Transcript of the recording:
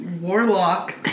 warlock